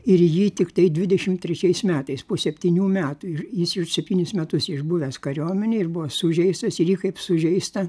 ir jį tiktai dvidešimt trečiais metais po septynių metų jis jau septynis metus išbuvęs kariuomenėj ir buvo sužeistas ir jį kaip sužeistą